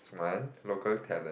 one local talent